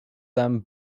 them